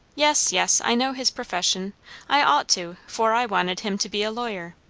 yes, yes. i know his profession i ought to, for i wanted him to be a lawyer.